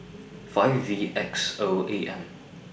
five V X O A M